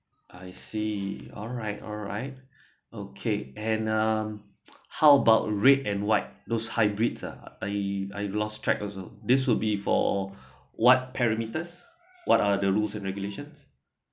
I see alright alright okay and um how about red and white those hybrid uh I I lost track also this will be for all what perimeters what are the rules and regulations